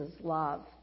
love